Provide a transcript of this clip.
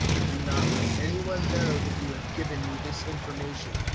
do not let any one know that you have given me this information,